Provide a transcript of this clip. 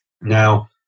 Now